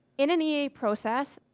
in an ea process,